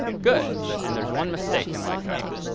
good. and there's one mistake in my code.